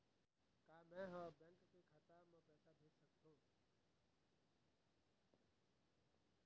का मैं ह दूसर बैंक के खाता म पैसा भेज सकथों?